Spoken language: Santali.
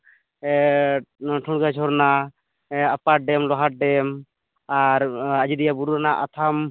ᱱᱚᱣᱟ ᱴᱷᱩᱲᱜᱟᱹ ᱡᱷᱚᱨᱱᱟ ᱟᱯᱟᱨ ᱰᱮᱢ ᱞᱳᱣᱟᱨ ᱰᱮᱢ ᱟᱨ ᱟᱡᱚᱫᱤᱭᱟ ᱵᱩᱨᱩ ᱨᱮᱱᱟᱜ ᱟᱛᱷᱟᱢ